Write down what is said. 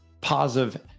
positive